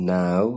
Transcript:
now